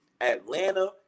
Atlanta